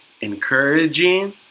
encouraging